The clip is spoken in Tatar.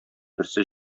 берсе